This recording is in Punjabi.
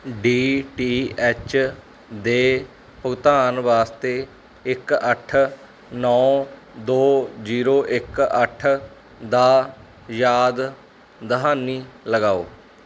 ਡੀ ਟੀ ਐਚ ਦੇ ਭੁਗਤਾਨ ਵਾਸਤੇ ਇੱਕ ਅੱਠ ਨੌਂ ਦੋ ਜੀਰੋ ਇੱਕ ਅੱਠ ਦਾ ਯਾਦ ਦਹਾਨੀ ਲਗਾਓ